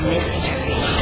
Mystery